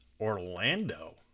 Orlando